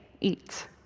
eat